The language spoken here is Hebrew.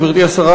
גברתי השרה,